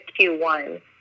Q1